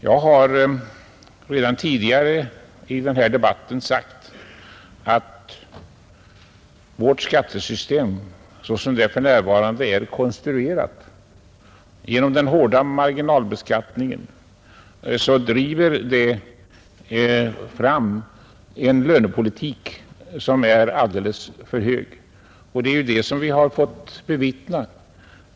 Jag har redan tidigare i denna debatt framhållit att vårt skattesystem som det nu är konstruerat genom den hårda marginalbeskattningen driver fram en lönepolitik med alltför höga lönekrav. Det är den saken vi har fått bevittna nu.